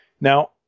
Now